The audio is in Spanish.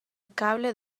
cable